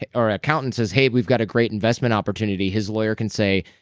ah or accountant says hey. we've got a great investment opportunity, his lawyer can say,